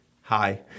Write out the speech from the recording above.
hi